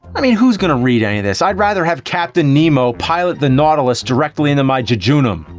i mean, who's gonna read any of this? i'd rather have captain nemo pilot the nautilus directly into my jejunum.